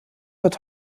wird